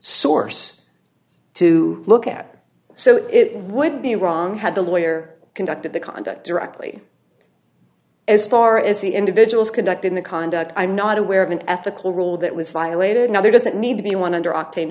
source to look at so it would be wrong had the lawyer conducted the conduct directly as far as the individuals conducting the conduct i'm not aware of an ethical rule that was violated now there doesn't need to be one under octane